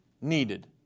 needed